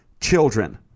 children